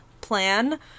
plan